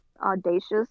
audacious